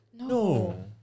No